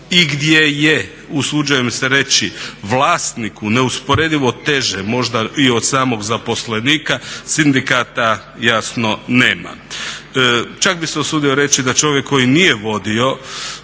i gdje je usuđujem se reći, vlasniku neusporedivo teže možda i od samog zaposlenika, sindikata jasno nema. Čak bi se usudio reći da čovjek koji nije vodio